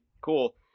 Cool